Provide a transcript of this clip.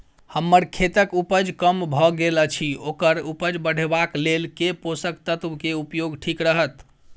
हम्मर खेतक उपज कम भऽ गेल अछि ओकर उपज बढ़ेबाक लेल केँ पोसक तत्व केँ उपयोग ठीक रहत?